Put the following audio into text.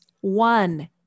One